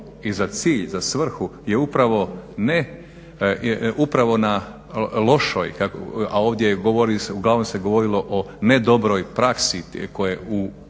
i za cilj, za svrhu je upravo na lošoj, a ovdje uglavnom se govorilo o ne dobroj praksi koja u